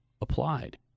applied